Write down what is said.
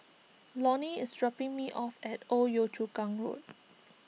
Lonny is dropping me off at Old Yio Chu Kang Road